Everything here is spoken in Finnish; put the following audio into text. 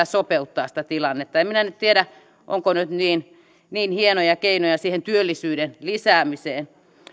sopeuttaa sitä tilannetta en minä nyt tiedä onko nyt niin niin hienoja keinoja siihen työllisyyden lisäämiseen